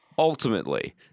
Ultimately